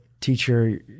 teacher